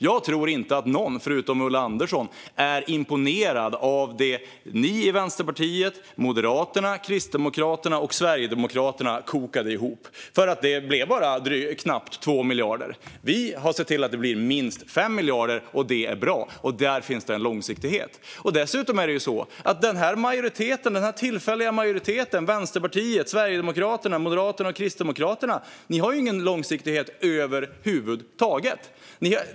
Jag tror inte att någon utom Ulla Andersson är imponerad av det ni i Vänsterpartiet, Moderaterna, Kristdemokraterna och Sverigedemokraterna kokade ihop. Det blev bara knappt 2 miljarder. Vi har sett till att det blir minst 5 miljarder, och det är bra. Där finns det en långsiktighet. Dessutom har denna tillfälliga majoritet - Vänsterpartiet, Sverigedemokraterna, Moderaterna och Kristdemokraterna - ingen långsiktighet över huvud taget.